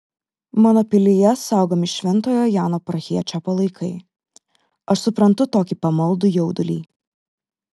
mano pilyje saugomi šventojo jano prahiečio palaikai aš suprantu tokį pamaldų jaudulį